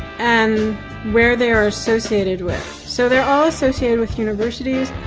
and where they are associated with. so they are all associated with universities.